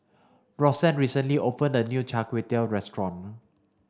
Roxane recently opened a new Char Kway Teow restaurant